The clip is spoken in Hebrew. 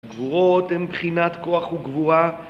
גבורות הם בחינת כוח וגבורה